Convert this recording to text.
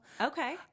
Okay